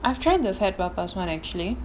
I've trying to fat papas [one] actually